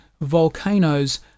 Volcanoes